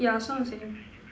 yeah so I'm second